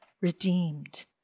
redeemed